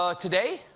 ah today,